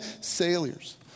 sailors